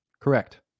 Correct